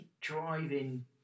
driving